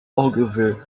ogilvy